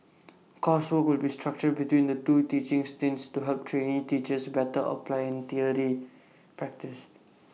coursework will be structured between the two teaching stints to help trainee teachers better apply theory practice